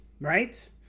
right